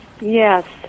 Yes